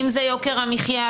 אם זה יוקר המחיה,